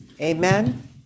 Amen